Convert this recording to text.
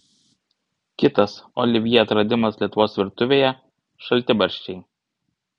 kitas olivjė atradimas lietuvos virtuvėje šaltibarščiai